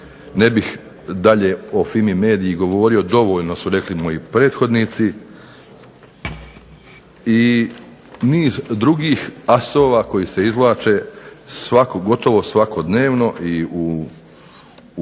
ne bih dalje o Fimi mediji govorio dovoljno su rekli moji prethodnici. I niz drugih asova koji se izvlače gotovo svakodnevno i u